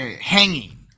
hanging